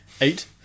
Eight